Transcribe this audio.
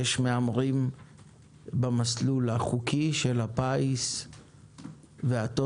יש מהמרים במסלול החוקי של הפיס והטוטו,